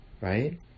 right